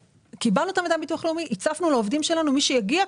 קיבלנו את המידע מביטוח לאומי והצפנו לעובדים שלנו שמי שיגיע,